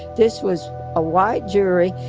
this was a white jury.